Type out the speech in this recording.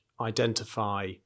identify